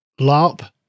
LARP